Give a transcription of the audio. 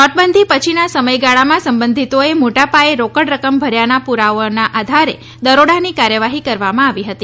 નોટબંધીના પછીના સમયગાળામાં સંબધિતોએ મોટા પાયે રોકડ રકમ ભર્યાના પૂરવાઓના આધારે દરોડાની કાર્યવાહી કરવામાં આવી હતી